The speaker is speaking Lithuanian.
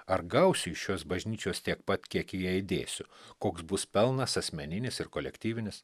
ar gausiu iš šios bažnyčios tiek pat kiek į ją įdėsiu koks bus pelnas asmeninis ir kolektyvinis